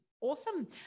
Awesome